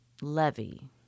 Levy